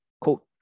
quote